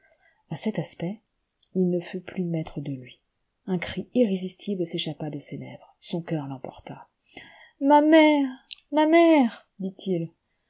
a cet aspect il ne fut plus maître de lui un cri irrésistible s'échappa de ses lèvres son cœur l'emporta ma mère ma mère dit-il